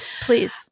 Please